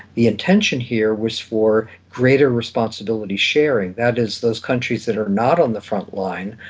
the intention here was for greater responsibility sharing. that is, those countries that are not on the front line,